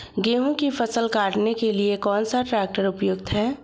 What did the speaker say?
गेहूँ की फसल काटने के लिए कौन सा ट्रैक्टर उपयुक्त है?